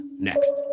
next